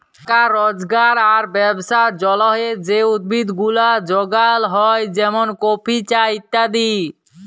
টাকা রজগার আর ব্যবসার জলহে যে উদ্ভিদ গুলা যগাল হ্যয় যেমন কফি, চা ইত্যাদি